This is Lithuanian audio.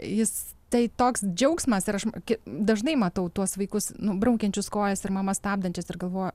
jis tai toks džiaugsmas ir aš dažnai matau tuos vaikus nu braukiančius kojas ir mamas stabdančias ir galvoju